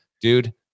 Dude